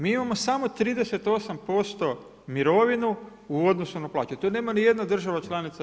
Mi imamo samo 38% mirovinu u odnosu na plaće i to nema ni jedna država članica EU.